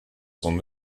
son